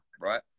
right